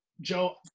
Joe